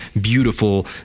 beautiful